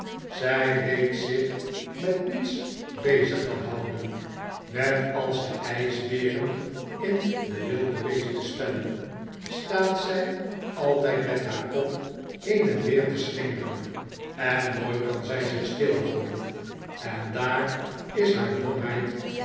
zij weetzich met niets bezig te houden net als de ijsberen in de wildebeesten spellen staat zij altijd met haar kop heen en weer te slingeren en nooit kan zij zich stilhouden en daar is haar domheid